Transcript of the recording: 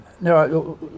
no